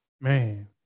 Man